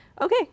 okay